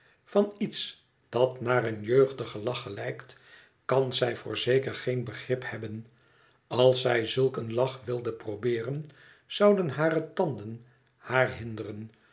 van iets dat naar een jeugdigen lach gelijkt kan zij voorzeker geen begrip hebhen als zij zulk een lach wilde probeeren zouden hare tanden haar hinderen